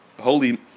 Holy